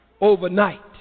Overnight